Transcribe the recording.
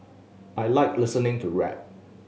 I like listening to rap